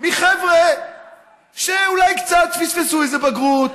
מחבר'ה שאולי קצת פספסו איזה בגרות,